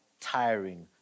tiring